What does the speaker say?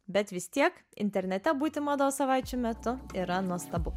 bet vis tiek internete būti mados savaičių metu yra nuostabu